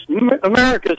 America's